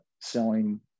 selling